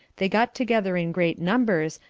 they got together in great numbers,